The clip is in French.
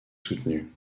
soutenue